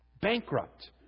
Bankrupt